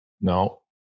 No